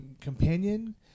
companion